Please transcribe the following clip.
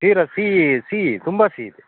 ಸೀರಾ ಸೀ ಸೀ ತುಂಬ ಸೀ ಇದೆ